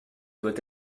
doit